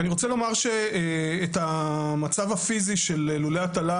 אני רוצה לומר שאת המצב הפיזי של לולי ההטלה